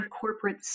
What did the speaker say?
corporate